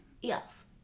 Yes